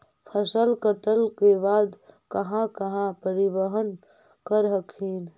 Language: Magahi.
फसल कटल के बाद कहा कहा परिबहन कर हखिन?